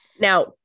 Now